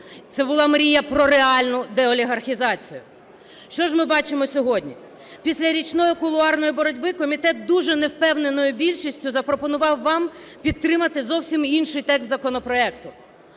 Це була мрія про реальну деолігархізацію. Що ж ми бачимо сьогодні? Після річної кулуарної боротьби комітет дуже невпевненою більшістю запропонував вам підтримати зовсім інший текст законопроекту.